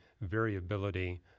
variability